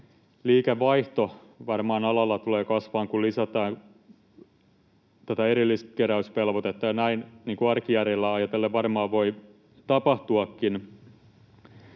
liikevaihto alalla tulee kasvamaan, kun lisätään tätä erilliskeräysvelvoitetta, ja näin arkijärjellä ajatellen varmaan voi tapahtuakin,